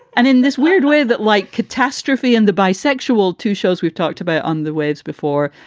and in this weird way that like catastrophe and the bisexual two shows we've talked about on the waves before.